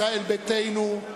ישראל ביתנו, העבודה,